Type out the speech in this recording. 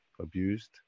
abused